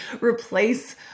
replace